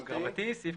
3י2(ב).